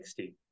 60